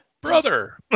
Brother